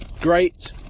great